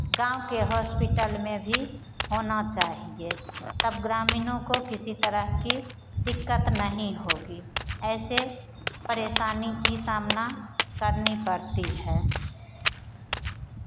गाँव के हॉस्पिटल में भी होना चाहिए तब ग्रामीणों को किसी तरह की दिक्कत नहीं होगी ऐसे परेशानी की सामना करनी पड़ती है